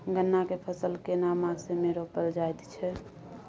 गन्ना के फसल केना मास मे रोपल जायत छै?